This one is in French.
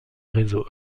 réseau